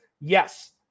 Yes